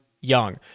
Young